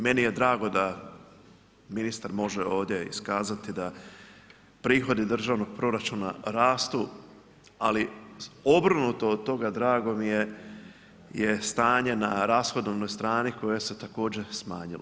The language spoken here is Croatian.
Meni je drago da ministar može ovdje iskazati da prihodi državnog proračuna rastu ali obrnuto od toga drago mi je je stanje na rashodovnoj strani koje se također smanjilo.